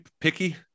picky